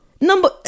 number